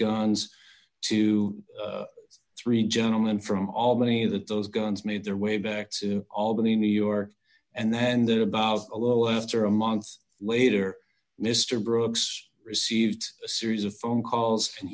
guns to three gentlemen from albany that those guns made their way back to albany new york and then there about a little after a month later mr brooks received a series of phone calls and